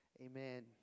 Amen